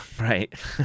Right